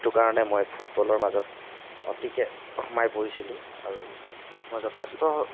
সেইটো কাৰণে মই ফুটবলৰ মাজত অতিকে সোমাই পৰিছিলোঁ আৰু মই যথেষ্ট